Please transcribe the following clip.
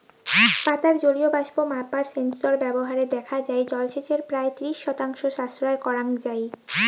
পাতার জলীয় বাষ্প মাপার সেন্সর ব্যবহারে দেখা যাই জলসেচের প্রায় ত্রিশ শতাংশ সাশ্রয় করাং যাই